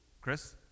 Chris